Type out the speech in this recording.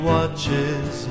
watches